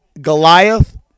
Goliath